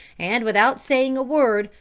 and without saying a word,